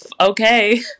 okay